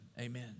amen